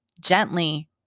gently